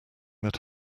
that